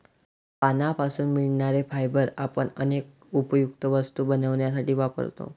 पानांपासून मिळणारे फायबर आपण अनेक उपयुक्त वस्तू बनवण्यासाठी वापरतो